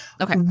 Okay